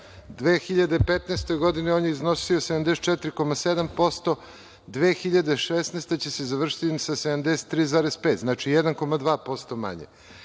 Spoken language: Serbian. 2015. godini on je iznosi 74,7%, a 2016. godina će se završiti sa 73,5, znači 1,2% manje. Kada